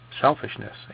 selfishness